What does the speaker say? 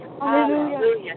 Hallelujah